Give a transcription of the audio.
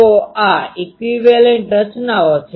તો આ equivalent equivalent સમકક્ષ રચનાઓ છે